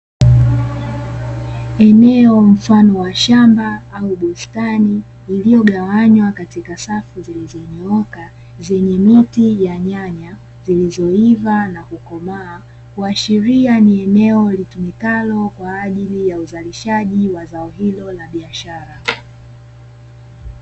Eneo mfano wa shamba au bostani lililogawanywa katika safu zilizonyooka zenye miti ya nyanya zilizoiva na kukomaa, kuashiria ni eneo litumikalo kwaajili ya uzalishaji wa zao hilo la biashara.